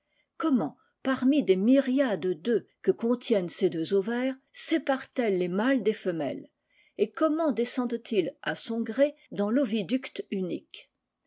comment parmi des myriades d'œufs que contiennent ses deux ovaires sépare t-elle les mâles des femelles et comment descendent ils à son gré dans l'oviducte unique